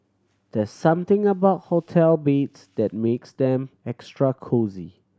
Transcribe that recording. there something about hotel beds that makes them extra cosy